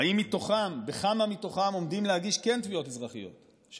בכמה מתוכם כן עומדים להגיש תביעות אזרחיות,